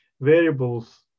variables